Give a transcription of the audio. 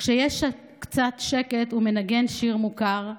// וכשיש קצת שקט הוא מנגן שיר מוכר.